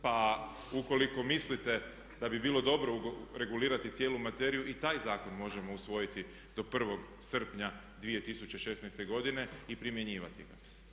Pa ukoliko mislite da bi bilo dobro regulirati cijelu materiju i taj zakon možemo usvojiti do 1.srpnja 2016.godine i primjenjivati ga.